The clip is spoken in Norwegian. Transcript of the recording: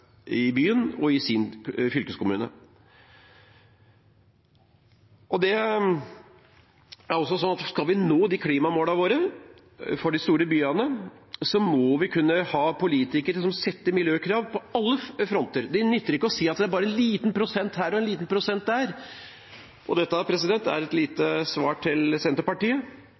i byen og i sin fylkeskommune. Skal vi nå klimamålene våre for de store byene, må vi kunne ha politikere som stiller miljøkrav på alle fronter, det nytter ikke å si at det bare er en liten prosent her og en liten prosent der. Dette er et lite svar til Senterpartiet,